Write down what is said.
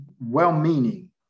well-meaning